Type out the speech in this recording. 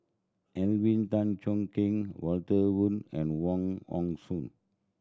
Alvin Tan Cheong Kheng Walter Woon and Wong Hong Suen